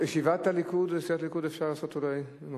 ישיבת סיעת הליכוד אולי אפשר לעשות במקום